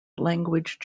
language